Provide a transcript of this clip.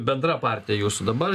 bendra partija jūsų dabar